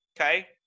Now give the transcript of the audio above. Okay